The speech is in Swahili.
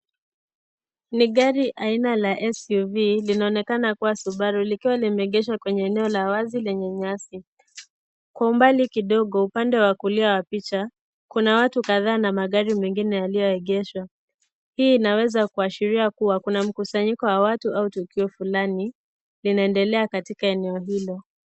Ni gari aina ya suv linaonekana kuwa Subaru. Limeegeshwa kwenye eneo la wazi lenye nyasi. Kwa umbali kidogo upande wa kulia wa picha Kuna watu kadhaa na magari mengine yaliyoegeshwa, pia inaweza kuashiria kuwa Kuna mkusanyiko wa watu ama tukio fulani linaendelea katika eneo hilo.